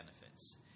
benefits